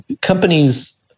companies